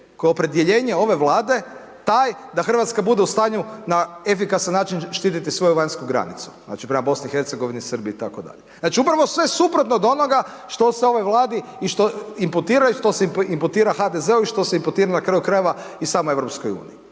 koji je opredjeljenje ove Vlade, taj da Hrvatska bude u stanju na efikasan način štiti svoju vanjsku granicu, znači prema BiH, Srbiji itd. Znači upravo sve suprotno od onoga što se ovoj Vladi imputira i što se imputira HDZ-u i što se imputira na kraju krajeva i samoj EU. Znači